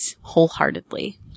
wholeheartedly